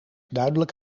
duidelijk